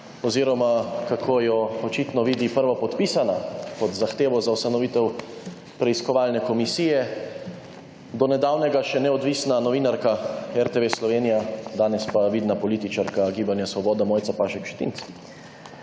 oziroma kako jo očitno vidi prvopodpisana pod zahtevo za ustanovitev preiskovalne komisije, do nedavnega še neodvisna novinarka danes pa vidna političarka Gibanja Svoboda Mojca Pašek Šetinc.